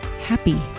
happy